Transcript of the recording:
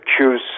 choose